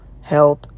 health